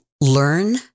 learn